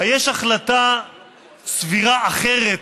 היש החלטה סבירה אחרת